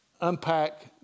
unpack